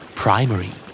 primary